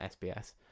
SBS